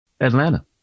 Atlanta